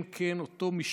כן, כן, אותו משפט